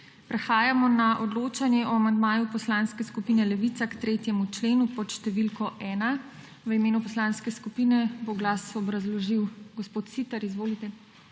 Prehajamo na odločanje o amandmaju Poslanske skupine Levica k 3. členu pod številko 1. V imenu poslanske skupine bo glas obrazložil gospod Siter. Izvolite.